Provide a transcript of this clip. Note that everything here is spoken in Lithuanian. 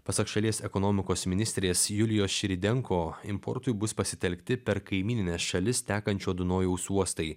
pasak šalies ekonomikos ministrės julijos širidenko importui bus pasitelkti per kaimynines šalis tekančio dunojaus uostai